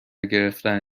گرفتن